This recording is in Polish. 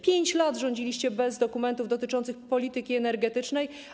Przez 5 lat rządziliście bez dokumentów dotyczących polityki energetycznej.